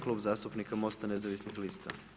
Klub zastupnika MOST-a nezavisnih lista.